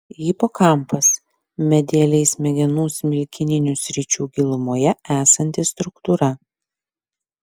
hipokampas medialiai smegenų smilkininių sričių gilumoje esanti struktūra